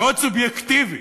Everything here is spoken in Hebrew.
מאוד סובייקטיבי.